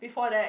before that